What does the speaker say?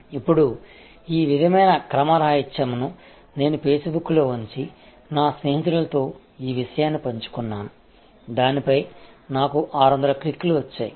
ఇప్పుడు ఈ విధమైన క్రమరాహిత్యంని నేను ఫేస్బుక్లో ఉంచి నా స్నేహితులతో ఈ విషయాన్ని పంచుకున్నాను దానిపై నాకు 600 క్లిక్లు వచ్చాయి